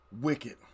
wicked